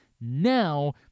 Now